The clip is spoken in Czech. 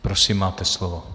Prosím, máte slovo.